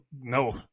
no